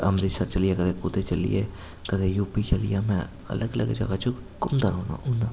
अमृतसर चली गे कदें कुतै चली गे कदै यू पी चली जन्ना में में अलग अलग जगह च घूमदा रौह्न्ना होन्नां